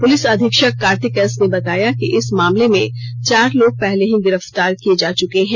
police अधीक्षक Kartik S ने बताया कि इस मामले में चार लोग पहले ही गिरफ्तार किए जा चुके हैं